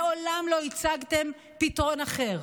מעולם לא הצגתם פתרון אחר,